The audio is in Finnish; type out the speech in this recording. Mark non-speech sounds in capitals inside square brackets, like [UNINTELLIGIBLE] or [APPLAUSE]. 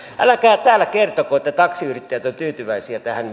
älkää täällä kertoko että taksiyrittäjät ovat tyytyväisiä tähän [UNINTELLIGIBLE]